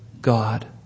God